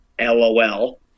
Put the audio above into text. LOL